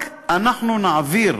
רק אנחנו נעביר